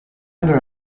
other